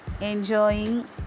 enjoying